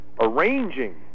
arranging